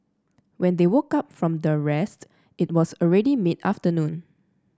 when they woke up from the rest it was already mid afternoon